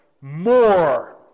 more